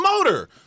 motor